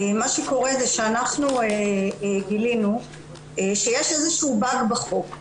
מה שקורה זה שאנחנו גילינו שיש איזה שהוא באג בחוק,